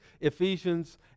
ephesians